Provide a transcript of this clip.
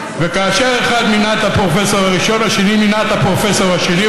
וכאשר אחד מינה את הפרופסור הראשון השני מינה את הפרופסור השני,